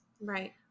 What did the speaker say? right